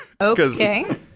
Okay